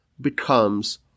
becomes